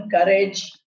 courage